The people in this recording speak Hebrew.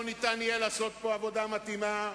לא ניתן יהיה לעשות פה עבודה מתאימה.